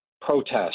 protest